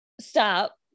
stop